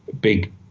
big